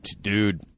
dude